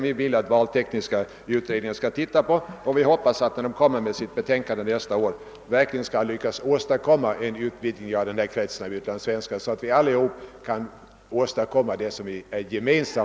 Vi hoppas att utredningen när den nästa år lägger fram sitt betänkande verkligen har lyckats åstadkomma en utvidgning av kretsen röstberättigade utlandssvenskar så att vi uppnår vad vi alla eftersträvar.